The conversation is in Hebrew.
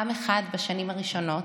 עם אחד בשנים הראשונות,